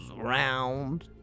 round